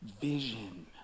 vision